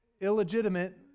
illegitimate